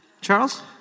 Charles